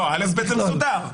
לפי א-ב', זה מסודר.